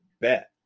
bet